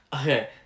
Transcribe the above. Okay